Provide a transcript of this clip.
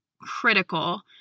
critical